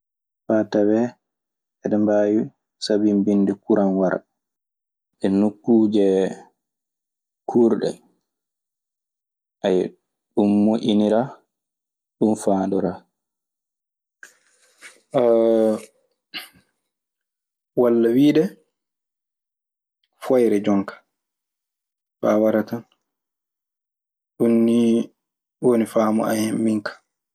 Faa tawee eɗe mbaawi sabinbinde kuran wara e nokkuuje kuurɗe. ɗun moƴƴiniraa. Ɗun faandoraa. Walla wiide foyre jonka faa waratan. Ɗun nii ɗoni faamu an hen min ka.